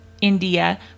India